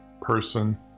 person